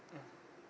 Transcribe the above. mmhmm